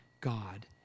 God